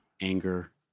anger